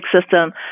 system